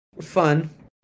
Fun